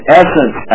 essence